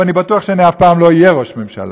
ואני בטוח שאני אף פעם לא אהיה ראש ממשלה,